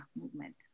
movement